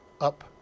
up